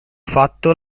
fatto